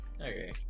Okay